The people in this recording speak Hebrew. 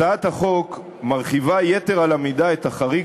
הצעת החוק מרחיבה יתר על המידה את החריג